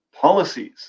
policies